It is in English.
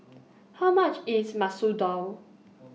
How much IS Masoor Dal